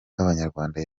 bw’abanyarwanda